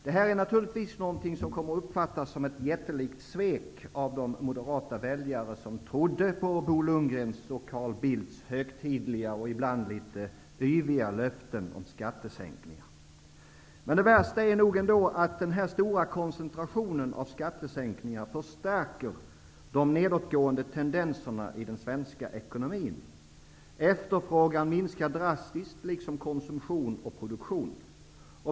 Detta är naturligtvis någonting som kommer att uppfattas som ett jättelikt svek av de moderata väljare som trodde på Bo Lundgrens och Carl Bildts högtidliga och ibland litet yviga löften om skattesänkningar. Men det värsta är nog ändå att den stora koncentrationen av skattehöjningar förstärker de nedåtgående tendenserna i den svenska ekonomin. Efterfrågan minskar drastiskt liksom konsumtion och produktion.